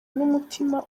n’umutima